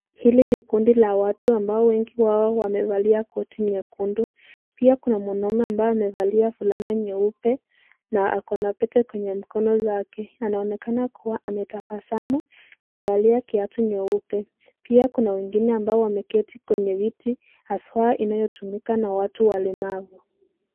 Hili ni kundi la watu ambao wengi wao wamevalia koti nyekundu, pia kuna mwanaume ambaye amevalia fulana nyeupe na ako na pete kwenye mkono zake. Anaonekana kuwa ametabasamu amevalia kiatu nyeupe pia kuna wengine ambao wameketi kwenye viti haswa inayotumika na watu walemavu.